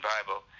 Bible